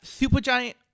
Supergiant